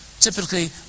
typically